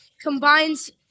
combines